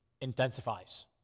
intensifies